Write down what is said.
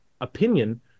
opinion